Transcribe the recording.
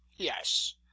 yes